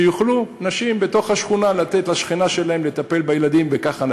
שיוכלו נשים בתוך השכונה לתת לשכנה שלהן לטפל בילדים ככה.